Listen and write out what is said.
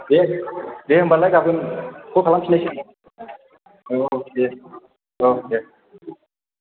दे दे होनबालाय गाबोन खल खालाम फिन्नायसै औ औ दे औ दे